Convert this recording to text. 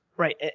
Right